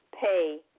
pay